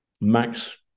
Max